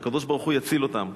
שהקדוש-ברוך-הוא יציל אותם.